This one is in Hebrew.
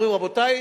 אומרים: רבותי,